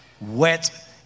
wet